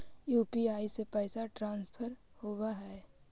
UPI से पैसा transfer होवहै?